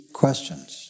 questions